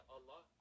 Allah